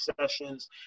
sessions